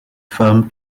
firm